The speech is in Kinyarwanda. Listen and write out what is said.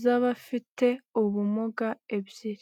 z'abafite ubumuga ebyiri.